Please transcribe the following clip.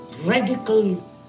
radical